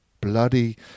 bloody